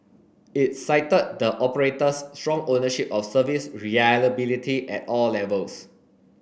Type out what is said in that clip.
it cited the operator's strong ownership of service reliability at all levels